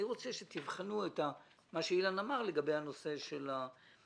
אני רוצה שתבחנו את מה שאילן אמר לגבי נושא הרגולציה.